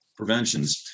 preventions